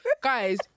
Guys